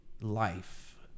life